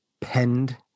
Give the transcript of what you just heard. penned